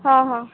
हां हां